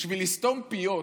בשביל לסתום פיות,